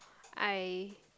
I